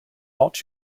not